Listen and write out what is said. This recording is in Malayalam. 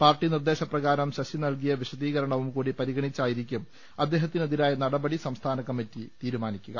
പാർട്ടി നിർദ്ദേശപ്രകാരം ശശി നല്കിയ വിശദീകരണവും കൂടി പ്രിഗണിച്ചായിരിക്കും അദ്ദേഹത്തിനെതിരായ നടപടി സംസ്ഥാനകമ്മറ്റി തീരുമാനിക്കുക